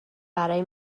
برای